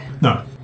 No